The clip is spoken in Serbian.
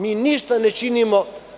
Mi ništa ne činimo.